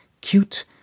Cute